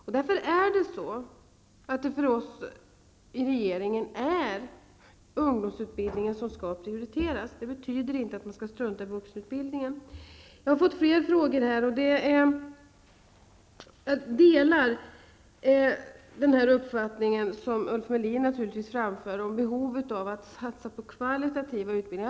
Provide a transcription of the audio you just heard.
Vi i regeringen vill prioritera ungdomsutbildningen. Men det betyder inte att vi skall strunta i vuxenutbildningen. Jag har fått fler frågor. Jag delar Ulf Melins uppfattning om behovet av att satsa på kvalitativa utbildningar.